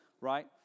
right